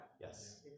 Yes